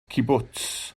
cibwts